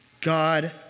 God